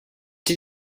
did